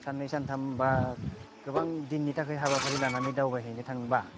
साननै सानथामबा गोबां दिननि थाखाय हाबाफारि लानानै दावबायहैनो थाङोबा